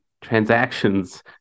transactions